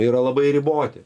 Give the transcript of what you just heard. yra labai riboti